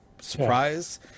surprise